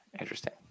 Interesting